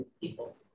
people